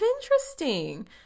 interesting